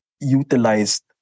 utilized